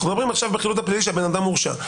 אנו מדברים בחילוט הפלילי שהאדם הורשע.